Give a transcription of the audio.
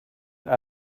that